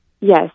yes